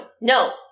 No